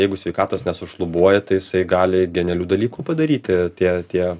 jeigu sveikatos nesušlubuoja tai jisai gali genialių dalykų padaryti tie tie